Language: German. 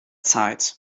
zeit